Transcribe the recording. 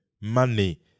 Money